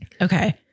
Okay